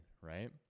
right